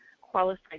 qualified